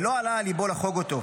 ולא עלה על ליבו לחוג אותו.